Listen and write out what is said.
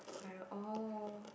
I oh